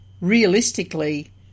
realistically